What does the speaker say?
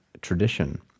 tradition